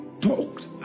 talked